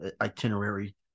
itinerary